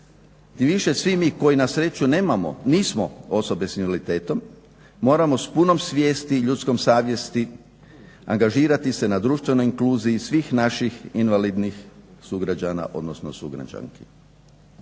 više svi mi koji na sreću nemamo, nismo, osobe s invaliditetom moramo s punom svijesti i ljudskom savjesti angažirati se na društvenoj inkluziji svih naših invalidnih sugrađana, odnosno sugrađanki.